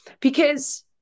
because-